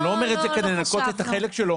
אני לא אומר את זה כדי לנקות את החלק שלו,